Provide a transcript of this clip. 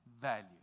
value